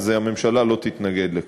הממשלה לא תתנגד לכך.